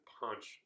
punch